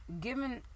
Given